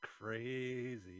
crazy